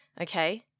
Okay